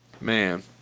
man